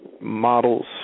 models